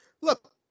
look